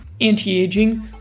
anti-aging